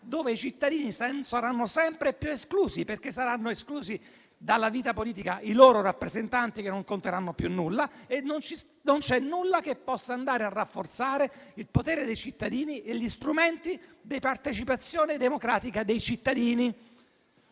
dove i cittadini saranno sempre più esclusi, perché saranno esclusi dalla vita politica i loro rappresentanti, che non conteranno più nulla, e non c'è nulla che possa andare a rafforzare il potere dei cittadini e i loro strumenti di partecipazione democratica. Presidente